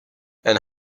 and